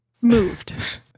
moved